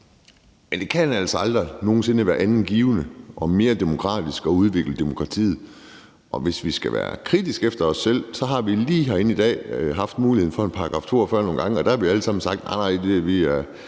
men det kan altså aldrig nogen sinde være andet end givende og mere demokratisk at udvikle demokratiet. Hvis vi skal være kritiske over for os selv, har vi lige i dag haft muligheden for nogle gange at bruge § 42 herinde, og der har vi jo alle sammen sagt: Nej nej. Det er jo